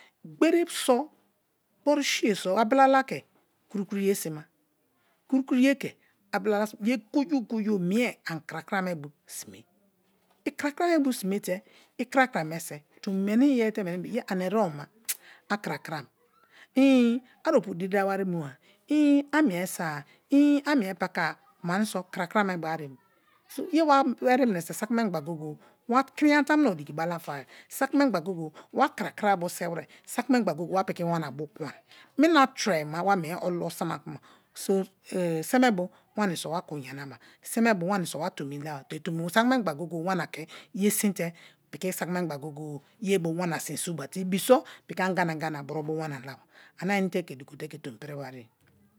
Gbere so gboru siye so abilala kru kru ye sima, krukru ye ke abilala simi ye goye-goye mie ani krakra nae bo sime krakra me bo sime te i krakra me se tomi meni iyeri te meni be-e ani erebo ma akrakram ii a opu diri dawa wari mu a mie sme-a ii a mie paka-a kuma aniso krakra me bo aremi ye wa eri mineso saki memgba goye-goye wa kini yana tamuno diki balafai, saki memgba go-go-e wa krakra bo se were, saki memgba go-go-e wa piki wana bu kun-e mina tre-ma wa mie olo sama kuma se me bo wa kun yanaba, se me bo wani so wa tomi laba te tomi saki memgba go-go-e wana ke yesin te piki saki memgba go-go-e ye bo wana sin bu ba ibi so piki angana gana bro bo wana laba one i inate dugote ke tomi piriwari ye.